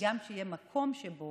וגם כדי שיהיה מקום שבו